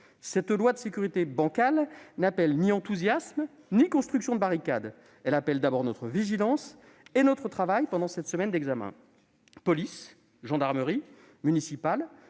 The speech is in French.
Cette loi de « sécurité bancale » n'appelle ni enthousiasme ni construction de barricades. Elle exige d'abord notre vigilance et notre travail, au cours de cette semaine d'examen. Police nationale,